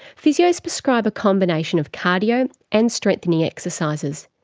physios prescribe a combination of cardio and strengthening exercises,